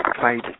fight